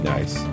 Nice